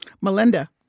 Melinda